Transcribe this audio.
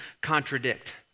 contradict